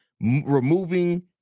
removing –